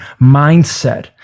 mindset